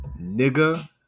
Nigga